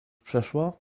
przeszło